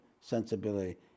sensibility